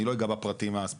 אני לא אגע בפרטים הספציפיים,